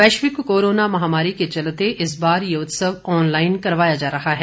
वैश्विक कोरोना महामारी के चलते इस बार ये उत्सव ऑनलाइन करवाया जा रहा है